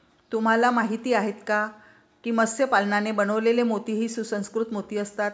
तुम्हाला माहिती आहे का की मत्स्य पालनाने बनवलेले मोती हे सुसंस्कृत मोती असतात